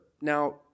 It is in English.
now